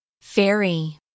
Fairy